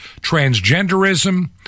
transgenderism